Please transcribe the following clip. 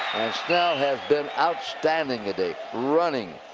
snell has been outstanding today. running.